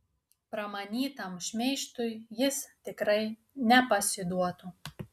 pramanytam šmeižtui jis tikrai nepasiduotų